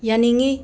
ꯌꯥꯅꯤꯡꯏ